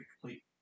complete